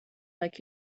like